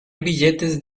billetes